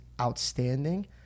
outstanding